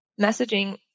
messaging